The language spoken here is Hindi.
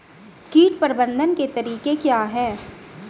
कीट प्रबंधन के तरीके क्या हैं?